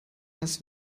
als